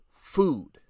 food